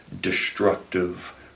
destructive